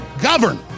govern